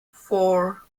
four